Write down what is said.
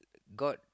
god